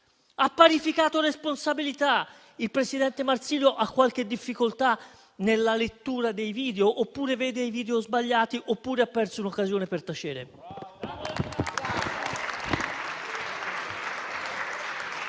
Ha parificato le responsabilità. Il presidente Marsilio ha qualche difficoltà nella lettura dei video, oppure vede i video sbagliati oppure ha perso un'occasione per tacere.